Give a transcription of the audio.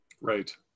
right